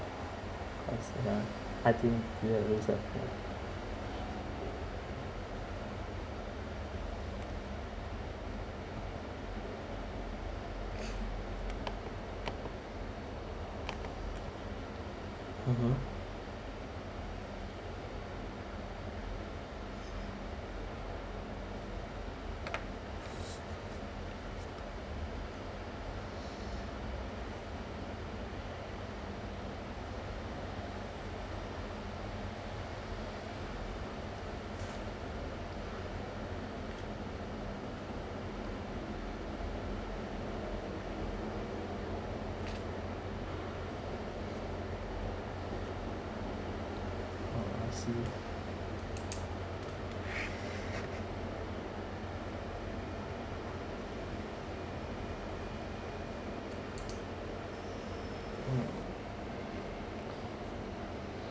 I think mmhmm oh I see mm